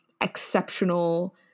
exceptional